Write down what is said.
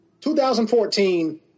2014